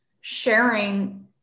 sharing